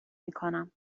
میکنم